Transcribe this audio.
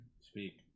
Speak